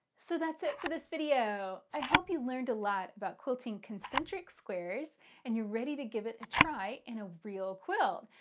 so that's it for this video. i hope you learned a lot about quilting concentric squares and you're ready to give it a try in a real quilt.